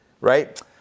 right